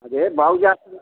అదే బాగుచేస్తున్నాము